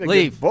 Leave